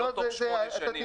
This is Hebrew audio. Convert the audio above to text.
ולא תוך שמונה שנים.